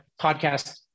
podcast